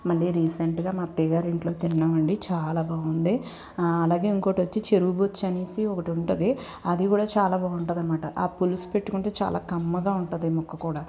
మళ్ళీ రీసెంట్గా మా అత్తయ్య గారింట్లో తిన్నామండీ చాలా బాగుంది అలాగే ఇంకొకటి వచ్చి చెరువు బొచ్చె అనేసి ఒకటి ఉంటుంది అది కూడ చాలా బాగుంటుంది అనమాట పులుసు పెట్టుకుంటే చాలా కమ్మగా ఉంటుంది ముక్క కూడా